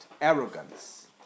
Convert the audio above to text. Arrogance